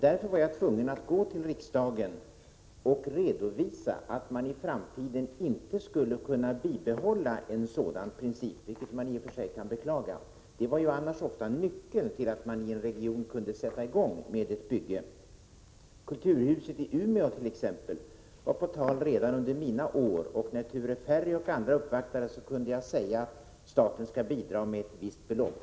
Därför var jag tvungen att gå till riksdagen och redovisa att man i framtiden inte skulle kunna bibehålla en sådan princip, vilket man i och för sig kan beklaga. Den principen var annars ofta nyckeln till att man i en region kunde sättas i gång med ett bygge. Kulturhuset i Umeå t.ex. var på tal redan under mina år i regeringen. När Ture Ferry och andra uppvaktade mig kunde jag säga att staten skulle bidra med ett visst belopp.